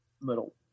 little